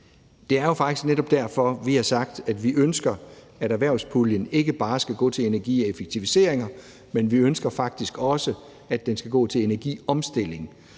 Det er jo faktisk netop derfor, vi har sagt, at vi ønsker, at erhvervspuljen ikke bare skal gå til energieffektiviseringer, men faktisk også til energiomstilling.